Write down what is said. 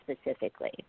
specifically